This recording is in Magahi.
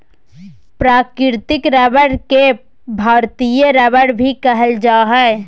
प्राकृतिक रबर के भारतीय रबर भी कहल जा हइ